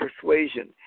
persuasion